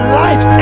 life